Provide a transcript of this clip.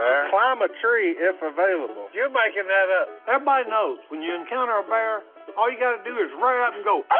ah climb a tree if available. you're making that ah up. everybody ah knows when you encounter a bear, all you gotta do is run up and go,